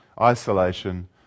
isolation